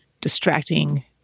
distracting